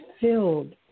filled